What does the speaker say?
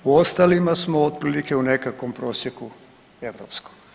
U ostalima smo otprilike u nekakvom prosjeku europskom.